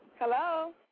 Hello